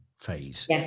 phase